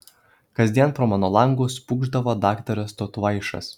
kasdien pro mano langus pūkšdavo daktaras tautvaišas